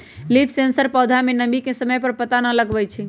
leaf sensor पौधा में नमी के समय पर पता लगवई छई